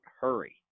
hurry